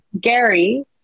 Gary